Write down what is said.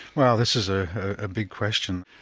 well this is a ah big question.